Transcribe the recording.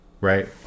Right